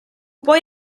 poi